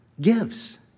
gives